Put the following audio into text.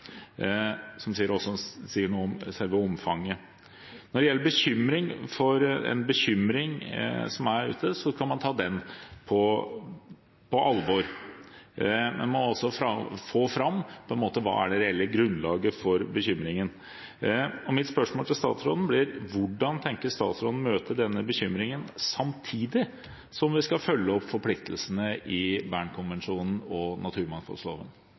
sier noe om selve omfanget. Når det gjelder bekymringen som er der ute, skal man ta den på alvor. Man må også få fram hva som er det reelle grunnlaget for bekymringen. Mitt spørsmål til statsråden blir: Hvordan tenker statsråden å møte denne bekymringen samtidig som vi skal følge opp forpliktelsene i Bern-konvensjonen og naturmangfoldloven?